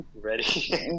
Ready